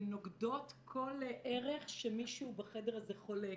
נוגדות כל ערך שמישהו בחדר הזה חולק: